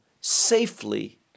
safely